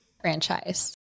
franchise